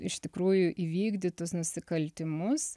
iš tikrųjų įvykdytus nusikaltimus